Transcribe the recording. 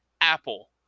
Apple